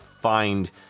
find